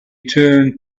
turned